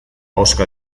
ahoska